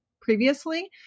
previously